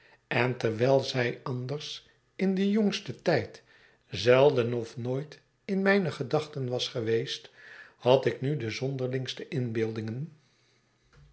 en terwijl zij anders in den jongsten tijd zelden of nooit in mijne gedachten was geweest had ik nu de zonderlingste inbeeldingen